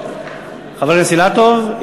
חבר הכנסת אקוניס,